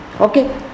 okay